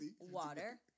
water